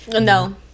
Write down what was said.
No